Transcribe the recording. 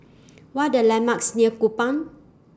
What Are The landmarks near Kupang